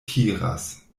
tiras